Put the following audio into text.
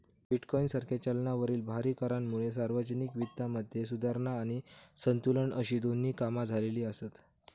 bitcoin सारख्या चलनावरील भारी करांमुळे सार्वजनिक वित्तामध्ये सुधारणा आणि संतुलन अशी दोन्ही कामा झालेली आसत